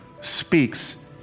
speaks